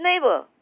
neighbor